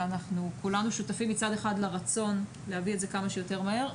כולנו שותפים לרצון להביא את זה כמה שיותר מהר,